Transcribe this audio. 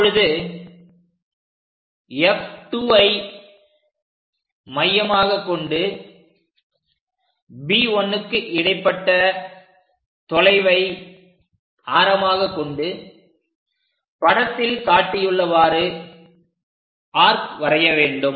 இப்பொழுது F2ஐ மையமாக கொண்டு B 1க்கு இடைப்பட்ட தொலைவை ஆரமாக கொண்டு படத்தில் காட்டியுள்ளவாறு ஆர்க் வரைய வேண்டும்